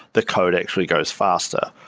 the code actually goes faster,